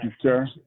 sir